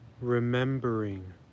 remembering